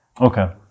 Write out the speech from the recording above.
Okay